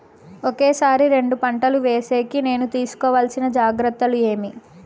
ఒకే సారి రెండు పంటలు వేసేకి నేను తీసుకోవాల్సిన జాగ్రత్తలు ఏమి?